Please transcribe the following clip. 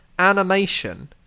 animation